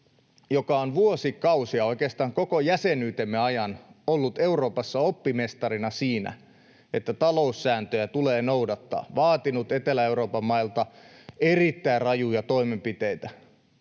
joka on vuosikausia, oikeastaan koko jäsenyytemme ajan, ollut Euroopassa oppimestarina siinä, että taloussääntöjä tulee noudattaa, vaatinut Etelä-Euroopan mailta erittäin rajuja toimenpiteitä,